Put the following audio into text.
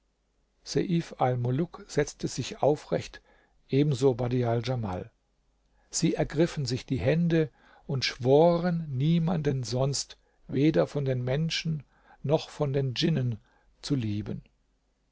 setzte sich aufrecht ebenso badial djamal sie ergriffen sich die hände und schworen niemanden sonst weder von den menschen noch von den djinnen zu lieben